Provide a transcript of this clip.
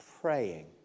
praying